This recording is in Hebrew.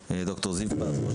ד"ר זיו פז,